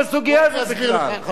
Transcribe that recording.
חבר הכנסת נסים זאב, אני